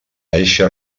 eixa